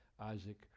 Isaac